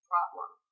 Problem